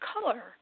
color